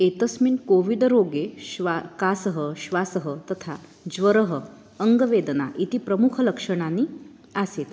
एतस्मिन् कोविड रोगे श्वासः कासः श्वासः तथा ज्वरः अङ्गवेदना इति प्रमुखलक्षणानि आसन्